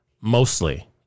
mostly